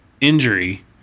injury